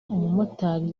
umumotari